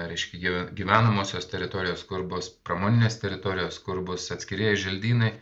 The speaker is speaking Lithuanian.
reiškia gy gyvenamosios teritorijos kur bus pramoninės teritorijos kur bus atskirieji želdynai